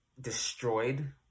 destroyed